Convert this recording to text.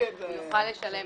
הוא יוכל לשלם